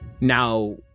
now